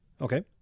Okay